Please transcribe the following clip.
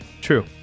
True